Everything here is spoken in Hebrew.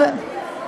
להסיר את חתימתם.